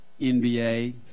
NBA